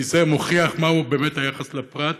כי זה באמת מוכיח מהו באמת היחס לפרט.